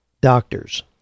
doctors